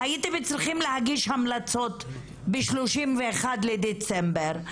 הייתם צריכים להגיש המלצות ב-31 בדצמבר.